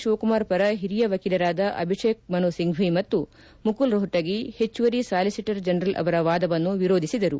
ಶಿವಕುಮಾರ್ ಪರ ಹಿರಿಯ ವಕೀಲರಾದ ಅಭಿಷೇಕ್ ಮನು ಸಿಂಫ್ಟಿ ಮತ್ತು ಮುಕುಲ್ ರೋಷ್ಪಗಿ ಹೆಚ್ಚುವರಿ ಸಾಲಿಸಿಟರ್ ಜನರಲ್ ಅವರ ವಾದವನ್ನು ವಿರೋಧಿಸಿದರು